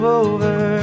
over